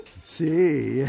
See